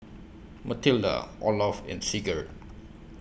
Matilda Olof and Sigurd